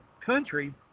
country –